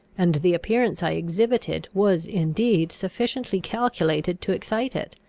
and the appearance i exhibited was indeed sufficiently calculated to excite it.